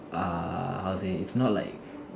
ah how to say it's not like